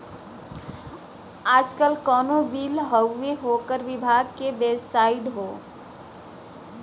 आजकल कउनो बिल हउवे ओकर विभाग के बेबसाइट हौ